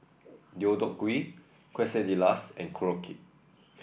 Deodeok Gui Quesadillas and Korokke